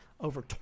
over